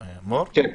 כן.